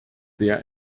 sehr